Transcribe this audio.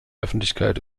öffentlichkeit